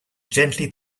gently